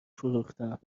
فروختم